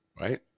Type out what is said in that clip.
Right